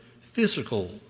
physical